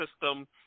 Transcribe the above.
system